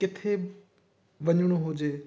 किथे वञिणो हुजे